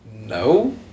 No